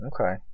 Okay